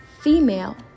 female